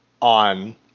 on